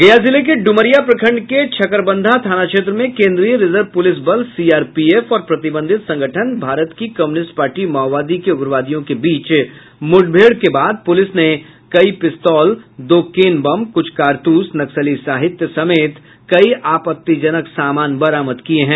गया जिले के ड्रमरिया प्रखंड के छकरबंधा थाना क्षेत्र में केन्द्रीय रिजर्व पुलिस बलसीआरपीएफ और प्रतिबंधित संगठन भारत की कम्युनिस्ट पार्टी माओवादी के उग्रवादियों के बीच मुठभेड़ के बाद प्रलिस ने कई पिस्तौल दो केन बम कुछ कारतूस नक्सली साहित्य समेत कई आपत्तिजनक समान बरामद किया है